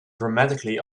dramatically